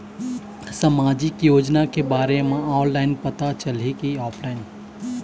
सामाजिक योजना के बारे मा ऑनलाइन पता चलही की ऑफलाइन?